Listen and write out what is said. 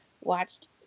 watched